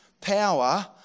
power